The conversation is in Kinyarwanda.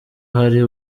hari